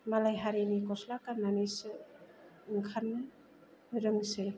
मालाय हारिनि ग'स्ला गाननानैसो ओंखारनो रोंसै